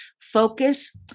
focus